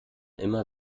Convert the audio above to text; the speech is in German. immer